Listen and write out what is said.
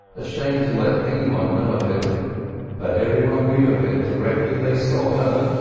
ashamed to let any one know of it but every one knew of it directly they saw her,